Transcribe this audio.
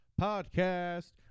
Podcast